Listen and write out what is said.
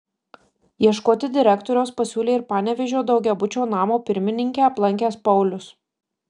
ieškoti direktoriaus pasiūlė ir panevėžio daugiabučio namo pirmininkę aplankęs paulius